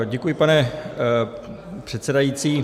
Děkuji, pane předsedající.